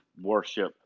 worship